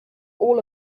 all